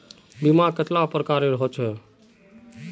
बीमा कतेला प्रकारेर होचे?